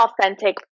authentic